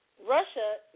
Russia